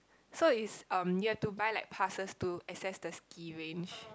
so is um you have to buy like passes to access the ski range